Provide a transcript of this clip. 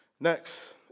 Next